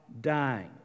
dying